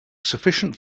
sufficient